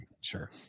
Sure